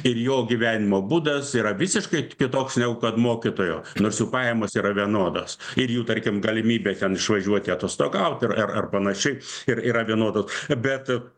ir jo gyvenimo būdas yra visiškai kitoks negu kad mokytojo nors jų pajamos yra vienodos ir jų tarkim galimybė ten išvažiuoti atostogaut ar ar panašiai ir yra vienodos bet